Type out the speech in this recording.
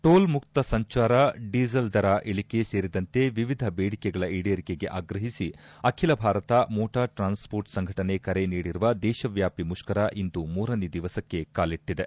toll ಮುಕ್ತ ಸಂಚಾರ diesel ದರ ಇಳಿಕೆ ಸೇರಿದಂತೆ ವಿವಿಧ ಬೇಡಿಕೆಗಳ ಈಡೇರಿಕೆಗೆ ಆಗ್ರಹಿಸಿ ಅಖಿಲ ಭಾರತ ಮೋಟಾರ್ ಟ್ರಾನ್ಸ್ಪೋರ್ಟ್ ಸಂಘಟನೆ ಕರೆ ನೀಡಿರುವ ದೇಶವ್ಯಾಪಿ ಮುಷ್ಕರ ಇಂದು ಮೂರನೇ ದಿವಸಕ್ಕೆ ಕಾಲಿಟ್ಟದೆ